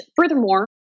furthermore